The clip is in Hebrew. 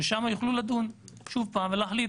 ששם יוכלו לדון שוב פעם ולהחליט.